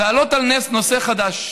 להעלות על נס נושא חדש,